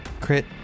Crit